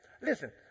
listen